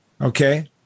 okay